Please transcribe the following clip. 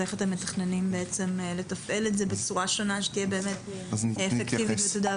ואיך אתם מתכננים לתפעל את זה בצורה שונה שתהיה באמת אפקטיבית וטובה,